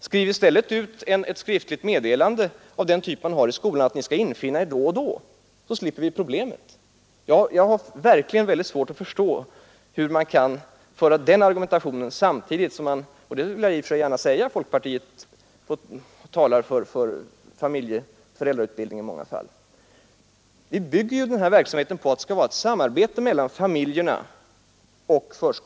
Skriv i stället ut ett meddelande av den typ vi har i skolan, att ni skall infinna er då och då, så slipper vi det problemet, säger man. Jag har verkligen mycket svårt att förstå hur man kan föra den argumentationen samtidigt som man i många sammanhang talar för föräldrautbildning, vilket jag gärna vill intyga att folkpartiet gör. Vi bygger ju hela denna verksamhet på ett samarbete mellan familjerna och förskolan.